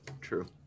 true